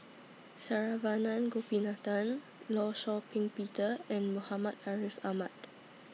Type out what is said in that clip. Saravanan Gopinathan law Shau Ping Peter and Muhammad Ariff Ahmad